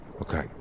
Okay